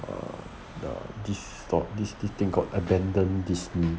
the distort this teaching got abandoned disney